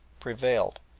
prevailed,